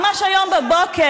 ממש היום בבוקר,